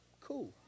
cool